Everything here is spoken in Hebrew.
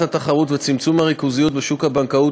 התחרות ולצמצום הריכוזיות בשוק הבנקאות,